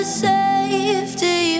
safety